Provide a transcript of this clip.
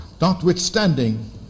Notwithstanding